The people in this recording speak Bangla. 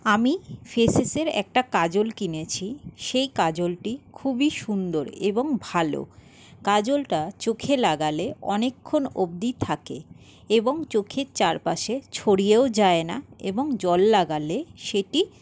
আমি ফেসেসের একটা কাজল কিনেছি সেই কাজলটি খুবই সুন্দর এবং ভালো কাজলটা চোখে লাগালে অনেকক্ষণ অব্দি থাকে এবং চোখের চারপাশে ছড়িয়েও যায় না এবং জল লাগালে সেটি